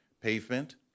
pavement